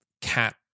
cat